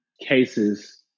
cases